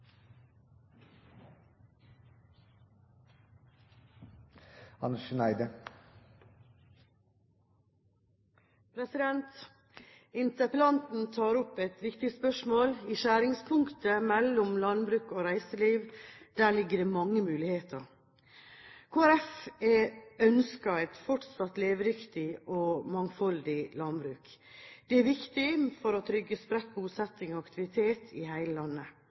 av landbruket. Interpellanten tar opp et viktig spørsmål. I skjæringspunktet mellom landbruk og reiseliv ligger det mange muligheter. Kristelig Folkeparti ønsker et fortsatt levedyktig og mangfoldig landbruk. Det er viktig for å trygge spredt bosetting og aktivitet i hele landet.